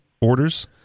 orders